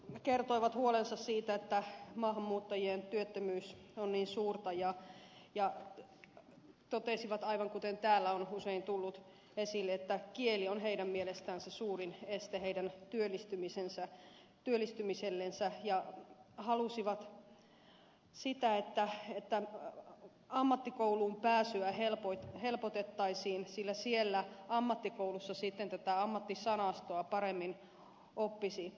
he kertoivat huolensa siitä että maahanmuuttajien työttömyys on niin suurta ja totesivat aivan kuten täällä on usein tullut esille että kieli on heidän mielestään se suurin este heidän työllistymisellensä ja halusivat että ammattikouluun pääsyä helpotettaisiin sillä siellä sitten tätä ammattisanastoa paremmin oppisi